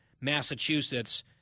Massachusetts